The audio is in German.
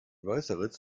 weißeritz